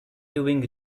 doing